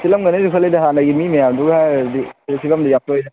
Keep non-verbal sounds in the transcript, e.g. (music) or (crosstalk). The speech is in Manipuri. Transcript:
ꯁꯤꯠꯂꯝꯒꯅꯦꯁꯨ ꯈꯜꯂꯤꯗ ꯍꯥꯟꯅꯒꯤ ꯃꯤ ꯃꯌꯥꯝꯗꯨꯒ ꯍꯥꯏꯔꯨꯔꯗꯤ (unintelligible)